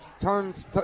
Turns